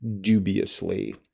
dubiously